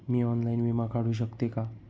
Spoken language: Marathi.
मी ऑनलाइन विमा काढू शकते का?